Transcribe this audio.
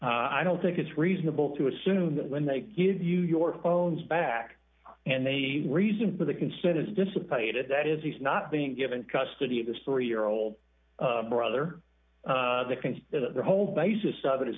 i don't think it's reasonable to assume that when they give you your phones back and they reason for the consent is dissipated that is he's not being given custody of this three year old brother the kind that the whole basis of it has